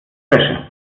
wäsche